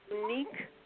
unique